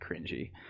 cringy